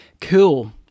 Cool